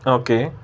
okay